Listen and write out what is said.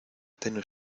tenue